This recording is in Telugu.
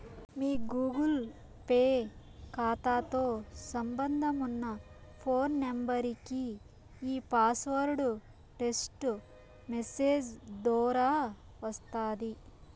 మీ గూగుల్ పే కాతాతో సంబంధమున్న ఫోను నెంబరికి ఈ పాస్వార్డు టెస్టు మెసేజ్ దోరా వస్తాది